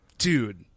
Dude